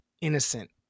innocent